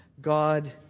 God